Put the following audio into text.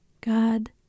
God